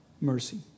mercy